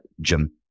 gym